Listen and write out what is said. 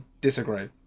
disagree